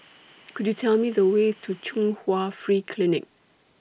Could YOU Tell Me The Way to Chung Hwa Free Clinic